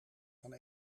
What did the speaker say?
van